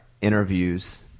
interviews